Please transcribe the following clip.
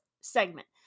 segment